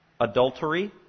adultery